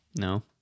no